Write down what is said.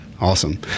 Awesome